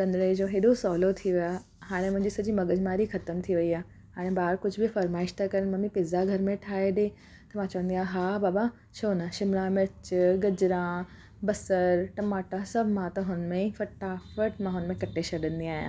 रंधिणे जो एॾो सवलो थी वियो आहे हाणे मुंहिंजी सॼी मगज़मारी ख़तम थी वई आहे हाणे ॿार कुझु बि फ़रमाइश था कनि मम्मी पिज़्ज़ा घर में ठाहे ॾिए त मां चवंदी आहियां बाबा छो न शिमला मिर्च गजरां बसर टमाटा सभु मां त हुनमें ई फटाफट मां हुनमें कटे छॾींदी आहियां